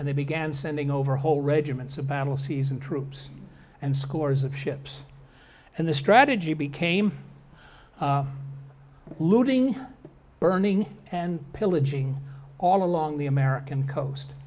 and they began sending over whole regiments of battle seasoned troops and scores of ships and the strategy became looting burning and pillaging all along the american coast